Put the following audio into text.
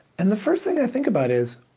and the first thing i think about is,